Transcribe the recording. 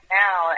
now